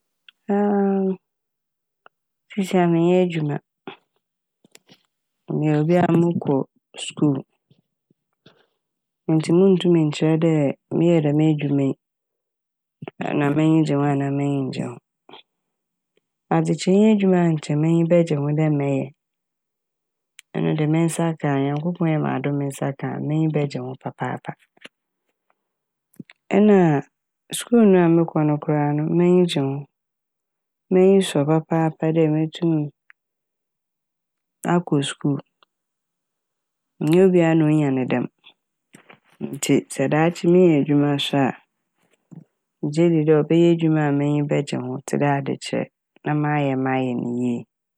siisia a mennyɛ edwuma meyɛ obi a mokɔ skuul ntsi munntum nkyerɛ dɛ meyɛ dɛm edwuma yi na m'enyi gye ho anaa m'enyi nngye ho. Adzekyerɛ nye edwuma a nkyɛ m'enyi bɛgye ho dɛ mɛyɛ. Ɔno de me nsa ka a Nyankopɔn yɛ m'adom me nsa ka a m'enyi bɛgye ho papaapa nna a skuul na mokɔ no koraa no m'enyi gye ho, m'enyi sɔ papaapa dɛ metum akɔ skuul. Nnyɛ obia a na onya ne dɛm ntsi sɛ daakye minya edwuma so a megye dzi dɛ ɔbɛyɛ edwuma a m'enyi bɛgye ho tse dɛ adzekyerɛ na mayɛ mayɛ ne yie.